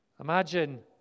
Imagine